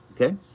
okay